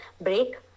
break